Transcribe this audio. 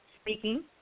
speaking